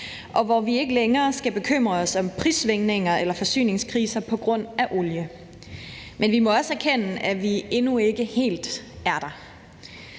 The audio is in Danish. og hvor vi ikke længere skal bekymre os om prissvingninger eller forsyningskriser på grund af olie. Men vi må også erkende, at vi endnu ikke helt er der.